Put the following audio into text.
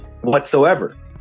whatsoever